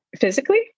Physically